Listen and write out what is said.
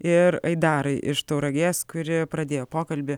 ir aidarai iš tauragės kuri pradėjo pokalbį